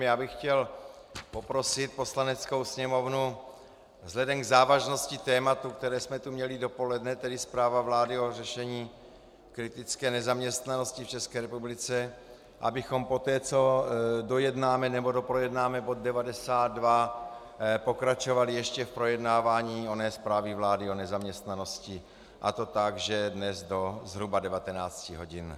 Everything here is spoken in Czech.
Já bych chtěl poprosit Poslaneckou sněmovnu vzhledem k závažnosti tématu, které jsme tu měli dopoledne, tedy Zpráva vlády o řešení kritické nezaměstnanosti v České republice, abychom poté, co doprojednáme bod 92, pokračovali ještě v projednávání oné zprávy vlády o nezaměstnanosti, a to tak, že dnes do zhruba 19 hodin.